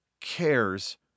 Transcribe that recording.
cares